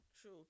true